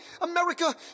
america